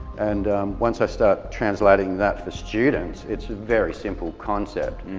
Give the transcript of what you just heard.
and once i start translating that for students, it's a very simple concept.